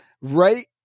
right